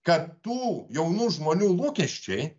kad tų jaunų žmonių lūkesčiai